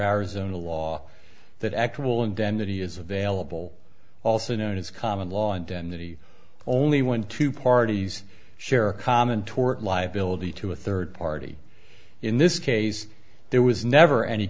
arizona law that act will and then that he is available also known as common law and that he only went to parties share a common tort liability to a third party in this case there was never any